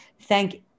thank